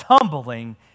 tumbling